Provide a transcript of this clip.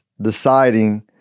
deciding